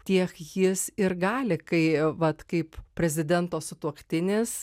tiek jis ir gali kai vat kaip prezidento sutuoktinis